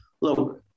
look